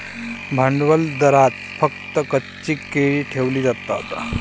भंडारदऱ्यात फक्त कच्ची केळी ठेवली जातात